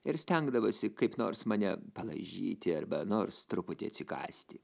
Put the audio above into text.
ir stengdavosi kaip nors mane palaižyti arba nors truputį atsikąsti